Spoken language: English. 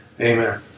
Amen